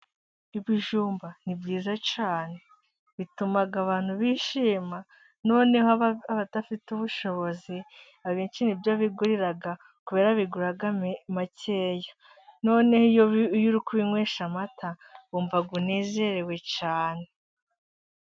Ibujumba ni byiza bituma abantu bishima, noneho abadafite ubushobozi abenshi nibyo bigurira kubera bigura makeya . Noneho iyo uri kubinywesha amata wumva unezerewe cyane.